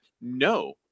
No